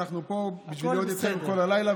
ואנחנו פה בשביל להיות איתכם כל הלילה,